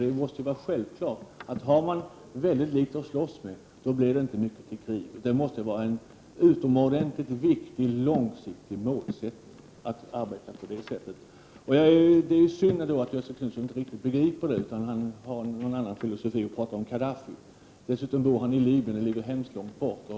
Det måste vara självklart att om man har mycket litet att slåss med; då blir det inte mycket till krig. Det måste vara en utomordentligt viktig långsiktig målsättning att arbeta på det sättet. Det är synd att Göthe Knutson inte riktigt begriper det. Han har en annan filosofi. Han talar om Khadaffi, som bor i Libyen som ligger mycket långt bort.